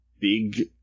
big